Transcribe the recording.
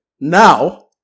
now